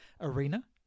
arena